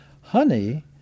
Honey